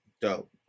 Dope